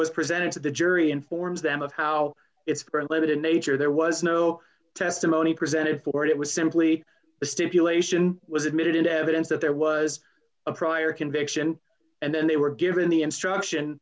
was presented to the jury informs them of how it's very limited nature there was no testimony presented for it it was simply a stipulation was admitted into evidence that there was a prior conviction and then they were given the instruction